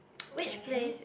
which place